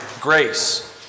grace